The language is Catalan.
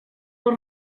els